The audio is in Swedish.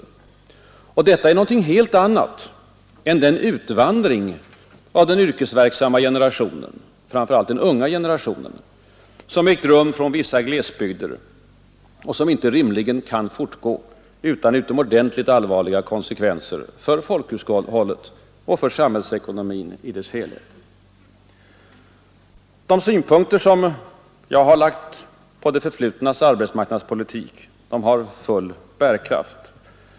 Detta är dock någonting helt annat än den utvandring av den yrkesverksamma generationen, framför allt den unga generationen, som ägt rum från vissa glesbygder och som inte rimligen kan fortgå utan utomordentligt allvarliga konsekvenser för folkhushållet och samhällsekonomin i dess helhet. De synpunkter jag anlagt på det förflutnas arbetsmarknadspolitik har full bärkart.